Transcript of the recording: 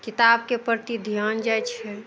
किताबके प्रति ध्यान जाइ छै